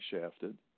shafted